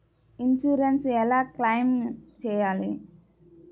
Insurance ఎలా claim చేయాలి?